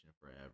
forever